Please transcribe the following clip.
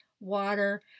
water